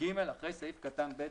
ג)אחרי סעיף קטן (ב)